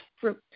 fruit